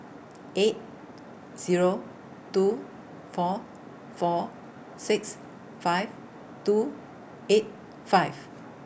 eight Zero two four four six five two eight five